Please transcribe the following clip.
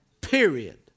Period